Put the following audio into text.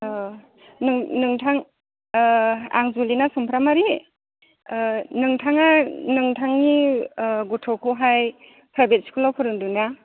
औ नों नोंथां आं जुलिना समफ्रामहारि नोंथाङा नोंथांनि गथ'खौहाय प्राइभेट स्कुलाव फोरोंदों ना